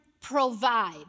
provide